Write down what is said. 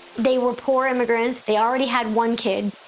they were poor immigrants. they already had one kid.